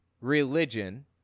religion